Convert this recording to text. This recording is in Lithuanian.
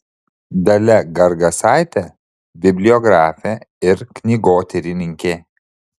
dalia gargasaitė bibliografė ir knygotyrininkė